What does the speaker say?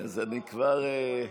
אתה צודק.